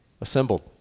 Assembled